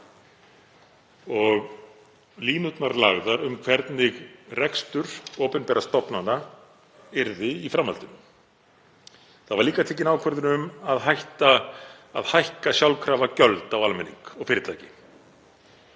og línurnar lagðar um hvernig rekstur opinberra stofnana yrði í framhaldinu. Það var líka tekin ákvörðun um að hætta að hækka sjálfkrafa gjöld á almenning og fyrirtæki.